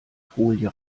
folie